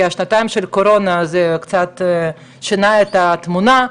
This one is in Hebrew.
השנתיים של הקורונה קצת שינו את התמונה,